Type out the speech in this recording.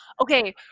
okay